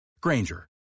Granger